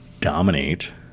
dominate